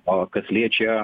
o kas liečia